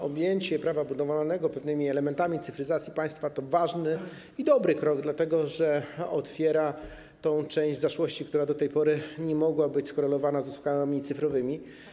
Objęcie prawa budowlanego pewnymi elementami cyfryzacji państwa to ważny i dobry krok, dlatego że otwiera tę część zaszłości, która do tej pory nie mogła być skorelowana z usługami cyfrowymi.